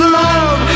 love